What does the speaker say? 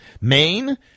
Maine